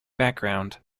background